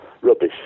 rubbish